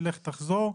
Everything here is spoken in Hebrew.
תלך ותחזור",